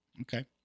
Okay